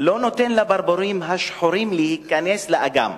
לא נותן לברבורים השחורים להיכנס לאגם.